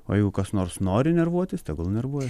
o jeigu kas nors nori nervuotis tegul nervuojas